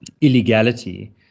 illegality